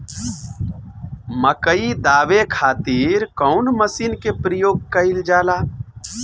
मकई दावे खातीर कउन मसीन के प्रयोग कईल जाला?